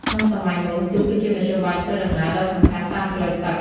ក្នុងសម័យមុន ទូកគឺជាមធ្យោបាយធ្វើដំណើរដ៏សំខាន់តាមផ្លូវទឹក។